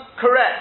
correct